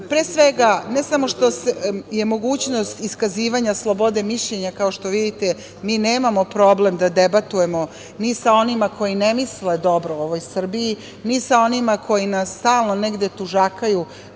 pre svega, ne samo što je mogućnost iskazivanja slobode mišljenja, kao što vidite, mi nemamo problem da debatujemo ni sa onima koji ne misle dobro ovoj Srbiji, ni sa onima koji nas stalno negde tužakaju